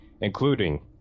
including